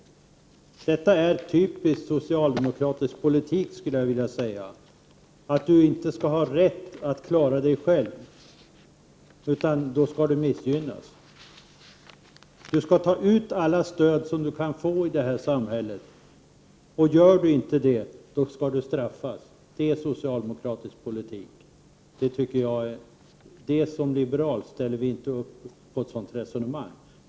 Jag skulle vilja säga att det är typisk socialdemokratisk politik att de studerande som själva klarar sin ekonomi skall missgynnas. Du skall ta ut alla stöd du kan få i det här samhället. Gör du inte det, skall du straffas. Det är socialdemokratisk politik! Som liberaler ställer vi inte upp på ett sådant resonemang.